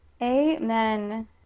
Amen